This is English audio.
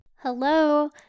Hello